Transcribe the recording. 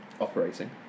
operating